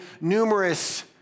numerous